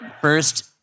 First